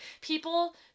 people